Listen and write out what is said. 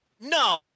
No